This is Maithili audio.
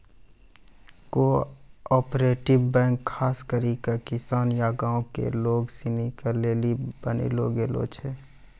कोआपरेटिव बैंक खास करी के किसान या गांव के लोग सनी के लेली बनैलो गेलो छै